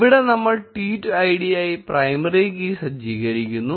ഇവിടെനമ്മൾ tweet ഐഡിയായി primary key സജ്ജീകരിക്കുന്നു